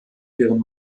deren